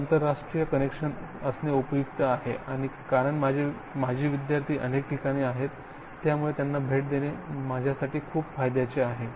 हे आंतरराष्ट्रीय कनेक्शन असणे उपयुक्त आहे आणि कारण माझे माजी विद्यार्थी अनेक ठिकाणी आहेत त्यामुळे त्यांना भेट देणे माझ्यासाठी खूप फायद्याचे आहे